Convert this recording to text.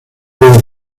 los